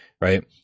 Right